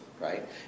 right